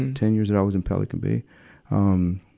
and ten years that i was in pelican bay um,